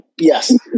Yes